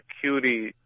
cutie